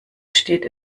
steht